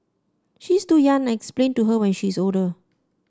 she's too young I'll explain to her when she's older